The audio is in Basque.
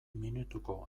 minutuko